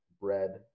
bread